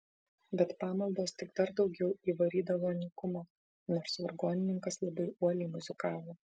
bet pamaldos tik dar daugiau įvarydavo nykumo nors vargonininkas labai uoliai muzikavo